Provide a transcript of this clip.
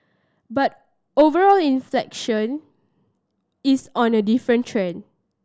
but overall inflation is on a different trend